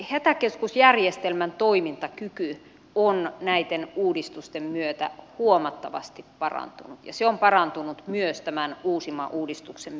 hätäkeskusjärjestelmän toimintakyky on näitten uudistusten myötä huomattavasti parantunut ja se on parantunut myös tämän uusimman uudistuksen myötä